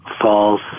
false